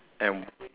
and